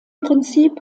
prinzip